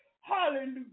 Hallelujah